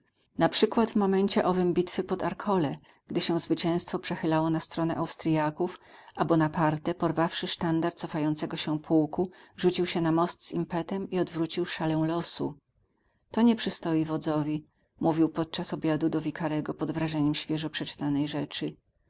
tamtego naprzykład w momencie owym bitwy pod arcole gdy się zwycięstwo przechylało na stronę austriaków a bonaparte porwawszy sztandar cofającego się pułku rzucił się na most z impetem i odwrócił szalę losu to nie przystoi wodzowi mówił podczas obiadu do wikarego pod wrażeniem świeżo przeczytanej rzeczy